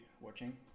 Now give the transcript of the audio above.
watching